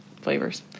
flavors